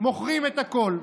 מוכרים את הכול.